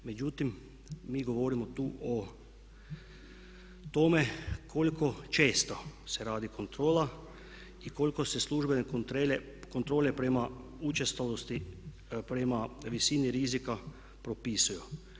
Međutim, mi govorimo tu o tome koliko često se radi kontrola i koliko se službene kontrole prema učestalosti prema visini rizika propisuju.